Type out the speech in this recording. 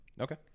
Okay